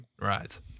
right